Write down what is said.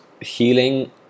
healing